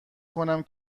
کنم